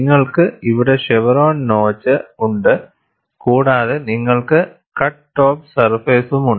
നിങ്ങൾക്ക് ഇവിടെ chevron notch ഉണ്ട് കൂടാതെ നിങ്ങൾക്ക് കട്ട് ടോപ്പ് സർഫേസുമുണ്ട്